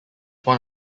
one